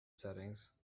settings